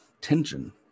tension